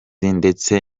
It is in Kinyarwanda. ndetse